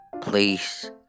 please